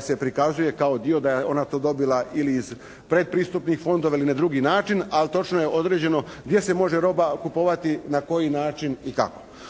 se prikazuje kao dio da je ona to dobila ili iz pretpristupnih fondova ili na drugi način. Ali točno je određeno gdje se može roba kupovati, na koji način i kako.